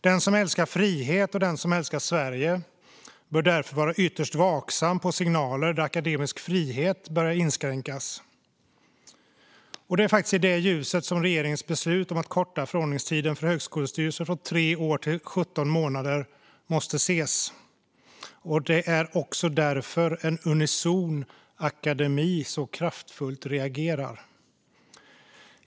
Den som älskar frihet och den som älskar Sverige bör därför vara ytterst vaksam på signaler där akademisk frihet börjar inskränkas. Det är i det ljuset som regeringens beslut om att korta förordningstiden för högskolestyrelser från tre år till 17 månader måste ses. Det är också därför en unison akademi reagerar så kraftfullt.